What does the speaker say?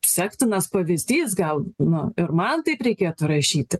sektinas pavyzdys gal na ir man taip reikėtų rašyti